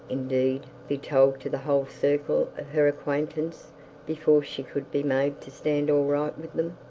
indeed, be told to the whole circle of her acquaintance before she could be made to stand all right with them?